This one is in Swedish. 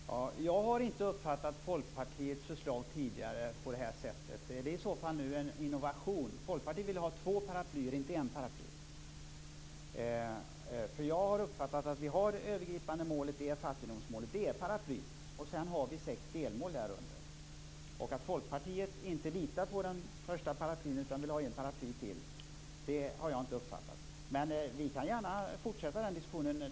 Fru talman! Jag har inte uppfattat Folkpartiets förslag på det här sättet tidigare. Det är i så fall en innovation. Folkpartiet vill ha två paraplyer, inte ett paraply. Jag har uppfattat att vårt övergripande mål är fattigdomsmålet, paraplyet, och att vi sedan har sex delmål därunder. Att Folkpartiet inte litar på det första paraplyet utan vill ha ett till har jag inte uppfattat. Vi kan gärna fortsätta den diskussionen.